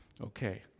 Okay